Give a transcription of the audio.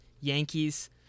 Yankees